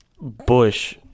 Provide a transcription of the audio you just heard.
bush